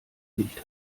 nicht